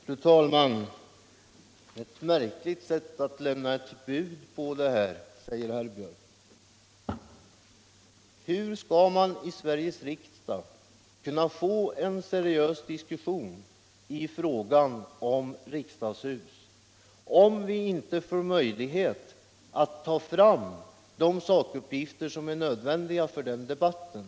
Fru talman! Detta är eu märkligt sätt att lämna ett bud, säger herr Björck i Nässjö. Men hur skall man i Sveriges riksdag kunna få en seriös diskussion i riksdagshusfrågan, om vi inte har möjlighet att ta fram de sakuppgifter som är nödvändiga för debatten?